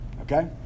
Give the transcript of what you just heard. Okay